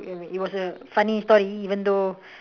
ya wait it was a funny story even though